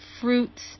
fruits